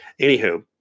Anywho